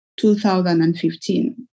2015